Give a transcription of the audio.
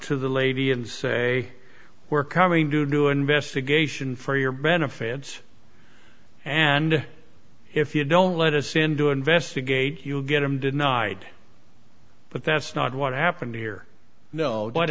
to the lady and say we're coming to do an investigation for your benefits and if you don't let us in to investigate you'll get him denied but that's not what happened here no what